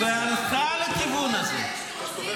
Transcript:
עם מי שקורא לחיילים שלי רוצחים?